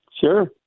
Sure